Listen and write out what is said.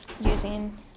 using